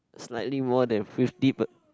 slightly more than fifty per~